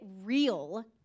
real